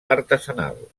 artesanal